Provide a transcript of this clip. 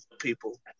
people